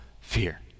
fear